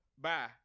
Bye